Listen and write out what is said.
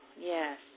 yes